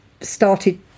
started